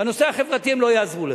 בנושא החברתי הם לא יעזרו לך.